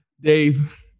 Dave